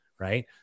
Right